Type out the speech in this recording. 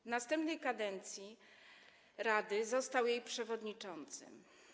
W następnej kadencji rady został jej przewodniczącym.